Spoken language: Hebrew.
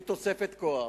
כתוספת כוח.